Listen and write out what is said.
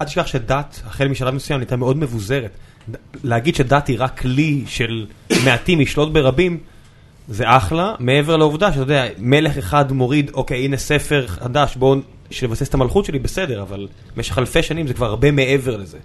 אני חושב שדת, החל משלב מסוים, נהייתה מאד מבוזרת. להגיד שדת היא רק כלי של מעטים לשלוט ברבים, זה אחלה, מעבר לעבודה שאתה יודע, מלך אחד מוריד, אוקיי, הנה ספר חדש, בואו נבסס את המלכות שלי, בסדר, אבל במשך אלפי שנים זה כבר הרבה מעבר לזה.